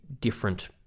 different